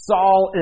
Saul